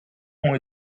ont